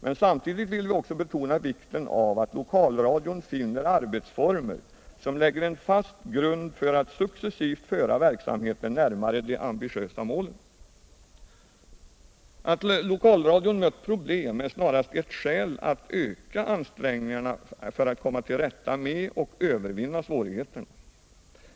men samtidigt vill vi också betona vikten av att lokalradion finner arbetsformer som lägger en fast grund för att successivt föra verksamheten närmare de ambitiösa målen. Att lokalradion mött problem är snarast et1 skäl att öka ansträngningarna för att komma till rätta med och övervinna svårigheterna.